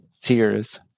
tears